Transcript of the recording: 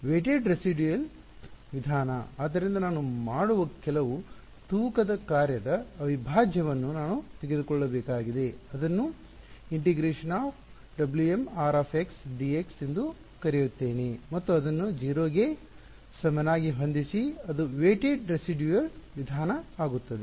weighted residual ವಿಧಾನ ಆದ್ದರಿಂದ ನಾನು ಮಾಡುವ ಕೆಲವು ತೂಕದ ಕಾರ್ಯದ ಅವಿಭಾಜ್ಯವನ್ನು ನಾನು ತೆಗೆದುಕೊಳ್ಳಬೇಕಾಗಿದೆ ಅದನ್ನು ∫ W m R dx ಎಂದು ಕರೆಯುತ್ತೇನೆ ಮತ್ತು ಅದನ್ನು 0 ಗೆ ಸಮನಾಗಿ ಹೊಂದಿಸಿ ಅದು ವೆಟೆಡ್ ರೆಸಿಡ್ಯುಯಲ್ ವಿಧಾನ ಆಗುತ್ತದೆ